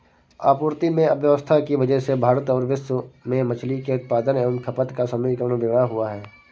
आपूर्ति में अव्यवस्था की वजह से भारत और विश्व में मछली के उत्पादन एवं खपत का समीकरण बिगड़ा हुआ है